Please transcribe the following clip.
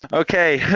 okay,